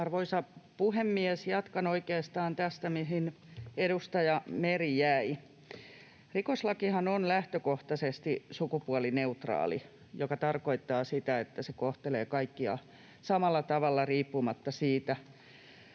Arvoisa puhemies! Jatkan oikeastaan tästä, mihin edustaja Meri jäi. Rikoslakihan on lähtökohtaisesti sukupuolineutraali, mikä tarkoittaa sitä, että se kohtelee kaikkia samalla tavalla riippumatta siitä,